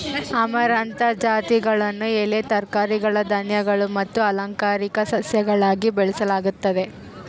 amaranth ಜಾತಿಗಳನ್ನು ಎಲೆ ತರಕಾರಿಗಳು ಧಾನ್ಯಗಳು ಮತ್ತು ಅಲಂಕಾರಿಕ ಸಸ್ಯಗಳಾಗಿ ಬೆಳೆಸಲಾಗುತ್ತದೆ